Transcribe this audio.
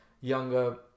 younger